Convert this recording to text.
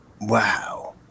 Wow